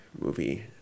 movie